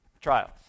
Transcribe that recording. trials